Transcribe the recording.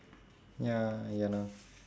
ya ya lah